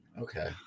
okay